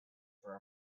for